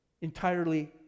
entirely